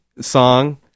song